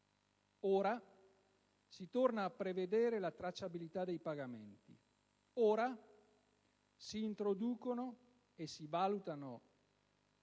ora si torna a prevedere la tracciabilità dei pagamenti; ora si introducono e si valutano